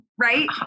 Right